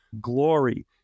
glory